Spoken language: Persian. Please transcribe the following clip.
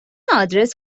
آدرس